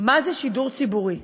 מה זה שידור ציבורי.